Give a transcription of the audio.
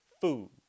food